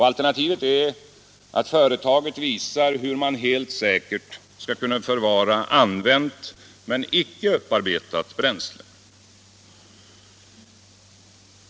Alternativet är att företaget visar hur man helt säkert skall kunna förvara använt men icke upparbetat bränsle.